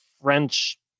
French